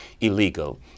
illegal